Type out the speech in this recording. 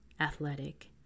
athletic